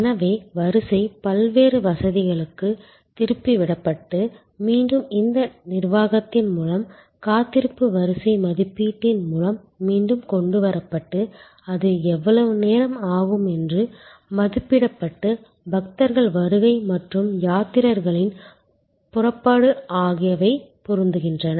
எனவே வரிசை பல்வேறு வசதிகளுக்கு திருப்பி விடப்பட்டு மீண்டும் இந்த நிர்வாகத்தின் மூலம் காத்திருப்பு வரிசை மதிப்பீட்டின் மூலம் மீண்டும் கொண்டு வரப்பட்டு அது எவ்வளவு நேரம் ஆகும் என்று மதிப்பிடப்பட்டு பக்தர்கள் வருகை மற்றும் யாத்ரீகர்கள் புறப்பாடு ஆகியவை பொருந்துகின்றன